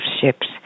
ships